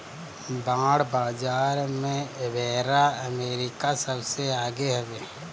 bond बाजार में एबेरा अमेरिका सबसे आगे हवे